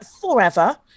forever